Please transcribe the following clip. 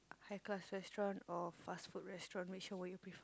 high class restaurant or fast food restaurant which one would you prefer